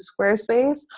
Squarespace